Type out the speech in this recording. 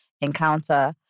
encounter